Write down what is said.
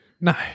No